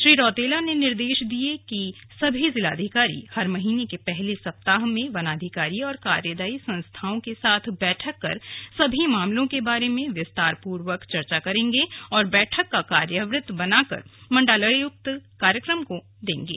श्री रौतेला ने निर्देश दिये कि सभी जिलाधिकारी हर महीने के पहले सप्ताह में वनाधिकारी और कार्यदायी संस्थाओं के साथ बैठक कर सभी मामलों के बारे में विस्तारपूर्वक चर्चा करेंगे और बैठक का कार्यवृत्त बनाकर मण्डलायुक्त कार्यालय को भेजेंगे